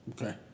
Okay